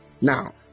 Now